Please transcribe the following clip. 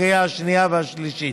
לקריאה השנייה והשלישית.